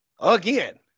again